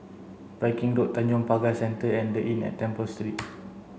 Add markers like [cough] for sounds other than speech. Viking Road Tanjong Pagar Centre and the Inn at Temple Street [noise]